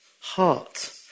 heart